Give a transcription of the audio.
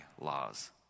laws